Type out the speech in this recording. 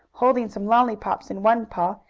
holding some lollypops in one paw,